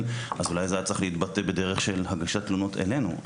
אז אולי זה היה צריך להתבטא בדרך של הגשת תלונות אלינו.